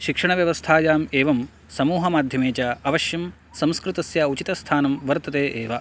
शिक्षणव्यवस्थायाम् एवं समूहमाध्यमे च अवश्यं संस्कृतस्य उचितस्थानं वर्तते एव